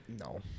No